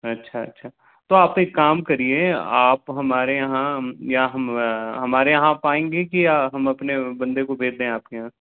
अच्छा अच्छा तो आप एक काम करिए आप हमारे यहाँ या हम हमारे यहाँ आप आएंगे कि या हम अपने बंदे को भेद दें आपके यहाँ